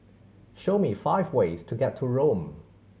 show me five ways to get to Rome